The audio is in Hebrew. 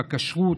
הכשרות,